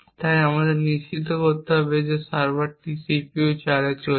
তাই আমাদের নিশ্চিত করতে হবে যে সার্ভারটি CPU 4 এ চলছে